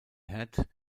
head